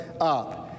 up